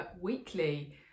Weekly